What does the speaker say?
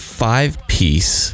five-piece